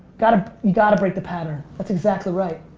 gotta gotta break the pattern. that's exactly right.